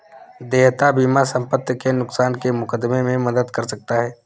देयता बीमा संपत्ति के नुकसान के मुकदमे में मदद कर सकता है